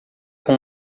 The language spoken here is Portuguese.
com